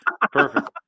Perfect